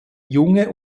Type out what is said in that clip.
junge